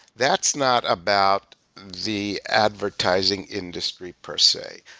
that's not about the advertising industry per se.